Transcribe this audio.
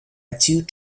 achieve